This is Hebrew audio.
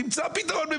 תמצא פתרון.